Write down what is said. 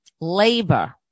labor